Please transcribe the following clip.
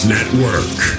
Network